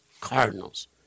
Cardinals